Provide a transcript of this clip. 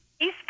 East